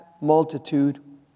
multitude